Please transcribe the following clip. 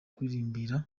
kuririmbira